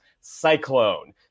Cyclone